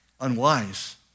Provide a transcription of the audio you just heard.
unwise